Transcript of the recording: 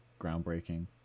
groundbreaking